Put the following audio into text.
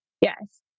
Yes